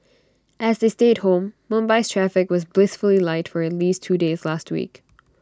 as they stayed home Mumbai's traffic was blissfully light for at least two days last week